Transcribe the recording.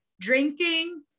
drinking